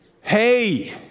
Hey